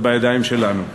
זה בידיים שלנו.